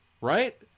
Right